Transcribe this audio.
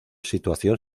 situación